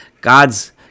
God's